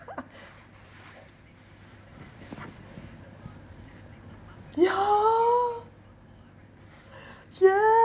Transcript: ya yes